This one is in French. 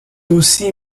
aussi